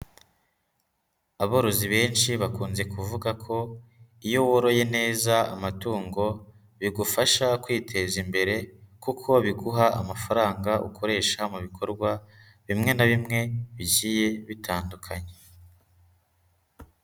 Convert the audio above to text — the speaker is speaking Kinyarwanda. Aborozi benshi bakunze kuvuga ko iyo woroye neza amatungo, bigufasha kwiteza imbere kuko biguha amafaranga ukoresha mu bikorwa, bimwe na bimwe bigiye bitandukanye.